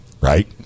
Right